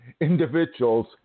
individuals